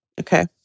Okay